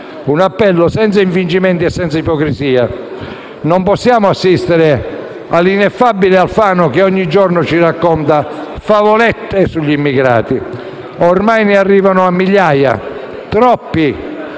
anche se interessa poco a tutti. Non possiamo assistere all'ineffabile Alfano che ogni giorno ci racconta favolette sugli immigrati. Ormai ne arrivano a migliaia - troppi